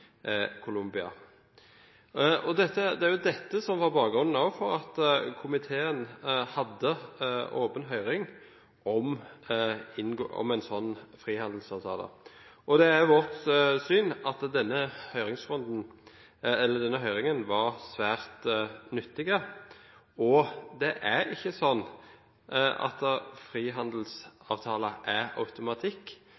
Colombia. Det var også dette som var bakgrunnen for at komiteen hadde åpen høring om en slik frihandelsavtale. Det er vårt syn at denne høringen var svært nyttig. Og det er ikke slik at